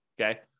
Okay